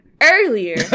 earlier